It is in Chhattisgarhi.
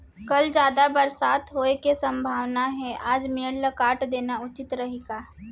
कल जादा बरसात होये के सम्भावना हे, आज मेड़ ल काट देना उचित रही का?